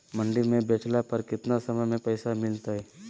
मंडी में बेचला पर कितना समय में पैसा मिलतैय?